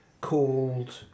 called